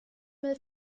mig